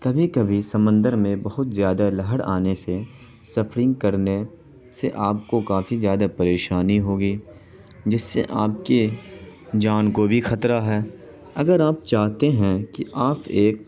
کبھی کبھی سمندر میں بہت زیادہ لہر آنے سے سپھرنگ کرنے سے آپ کو کافی زیادہ پریشانی ہوگی جس سے آپ کے جان کو بھی خطرہ ہے اگر آپ چاہتے ہیں کہ آپ ایک